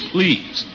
Please